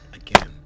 again